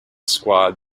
squad